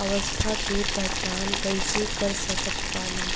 अवस्था के पहचान कइसे कर सकत बानी?